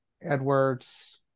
Edwards